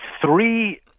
three